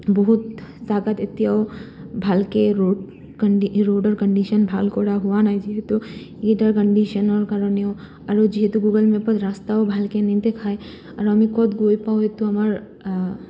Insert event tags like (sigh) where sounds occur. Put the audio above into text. বহুত জাগাত এতিয়াও ভালকে ৰোডৰ কণ্ডিশ্যন ভাল কৰা হোৱা নাই যিহেতু (unintelligible) কণ্ডিশ্যনৰ কাৰণেও আৰু নেদেখায় আৰু আমি ক'ত গৈ পাওঁ এইটো আমাৰ